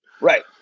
Right